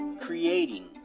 ...creating